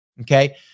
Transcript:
Okay